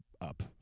up